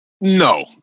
No